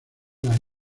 las